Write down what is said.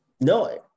No